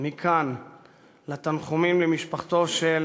מכאן לתנחומים למשפחתו של